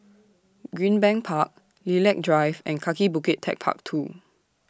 Greenbank Park Lilac Drive and Kaki Bukit Techpark two